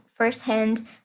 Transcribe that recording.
firsthand